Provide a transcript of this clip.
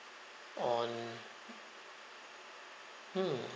on hmm